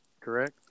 correct